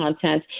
content